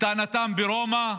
לטענתם ברומא,